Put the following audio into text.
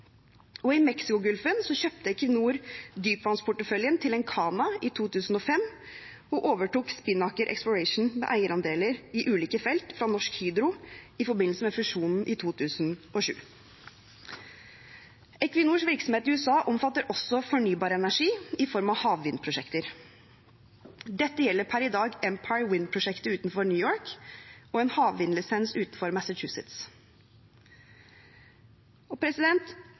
kjøpte Equinor dypvannsporteføljen til Encana i 2005 og overtok Spinnaker Exploration med eierandeler i ulike felt fra Norsk Hydro i forbindelse med fusjonen i 2007. Equinors virksomhet i USA omfatter også fornybar energi i form av havvindprosjekter. Dette gjelder per i dag Empire Wind-prosjektet utenfor New York og en havvindlisens utenfor Massachusetts. Equinor kjøpte virksomhetene på land i USA i en periode med høye olje- og